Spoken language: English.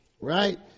right